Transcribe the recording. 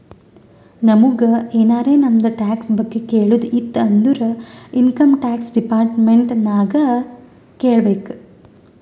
ನಮುಗ್ ಎನಾರೇ ನಮ್ದು ಟ್ಯಾಕ್ಸ್ ಬಗ್ಗೆ ಕೇಳದ್ ಇತ್ತು ಅಂದುರ್ ಇನ್ಕಮ್ ಟ್ಯಾಕ್ಸ್ ಡಿಪಾರ್ಟ್ಮೆಂಟ್ ನಾಗೆ ಕೇಳ್ಬೇಕ್